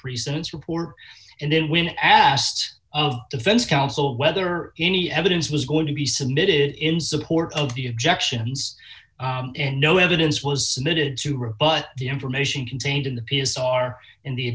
pre sentence report and then when asked of defense counsel whether any evidence was going to be submitted in support of the objections and no evidence was submitted to rebut the information contained in the p s r in the